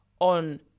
on